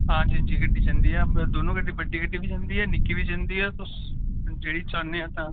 आं जी जी गड्डी जंदी ऐ दोनें गड्डी जंदी ऐ बड्डी गड्डी बी जंदी ऐ निक्की गड्डी बी जंदी ऐ तुस जेह्डी चाह्न्ने ओ तां